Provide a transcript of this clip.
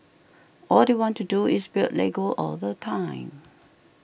all they want to do is build Lego all the time